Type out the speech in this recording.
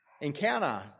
encounter